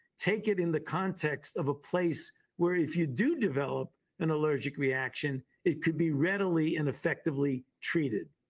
take it in the context of a place where if you do develop an allergic reaction it could be readily and effectively treated.